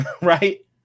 Right